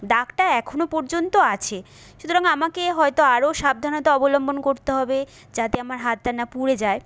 দাগটা এখনো পর্যন্ত আছে সুতরাং আমাকে হয়তো আরও সাবধানতা অবলম্বন করতে হবে যাতে আমার হাতটা না পুড়ে যায়